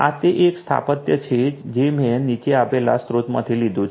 આ તે એક સ્થાપત્ય છે જે મેં નીચે આપેલા સ્રોતમાંથી લીધું છે